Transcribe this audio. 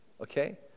okay